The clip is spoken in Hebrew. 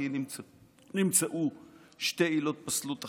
כי נמצאו שתי עילות פסלות אחרות.